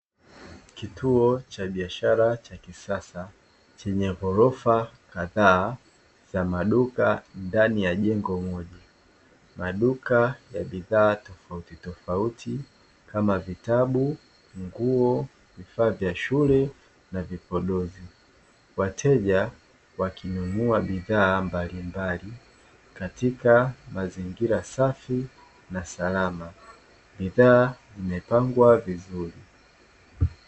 Kituo cha biashara cha kisasa chenye ghorofa kadhaa za maduka ndani ya jengo moja, maduka ya bidhaa tofautitofauti kama vitabu, nguo, vifaa vya shule na vipodozi. wateja wakinunua bidhaa mbalimbali katika mazingira safi na salama bidhaa zimepangwa vizuri.